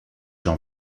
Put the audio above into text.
jean